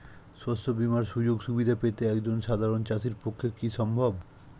শস্য বীমার সুযোগ সুবিধা পেতে একজন সাধারন চাষির পক্ষে কি সম্ভব?